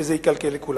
שזה יקלקל לכולם.